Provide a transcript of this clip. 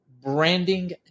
Branding